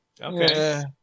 Okay